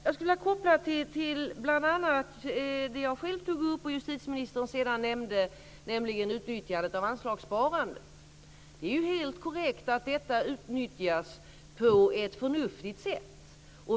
Jag skulle vilja koppla till det jag själv tog upp och som justitieministern sedan nämnde, nämligen utnyttjandet av anslagssparandet. Det är helt korrekt att detta utnyttjas på ett förnuftigt sätt.